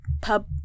pub